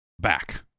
back